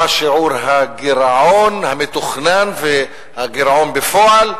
מה שיעור הגירעון המתוכנן והגירעון בפועל,